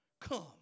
come